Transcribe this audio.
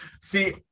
see